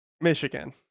Michigan